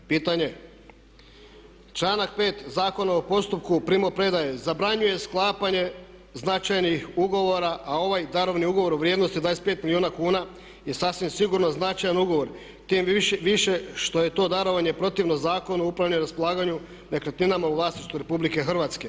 Pitanje, članak 5. Zakona o postupku o primopredaje, zabranjuje sklapanje značajnih ugovora a ovaj darovni ugovor u vrijednosti od 25 milijuna kuna je sasvim sigurno značajan ugovor, tim više što je to darovanje protivno zakonu upravljanja, raspolaganju nekretninama u vlasništvu RH.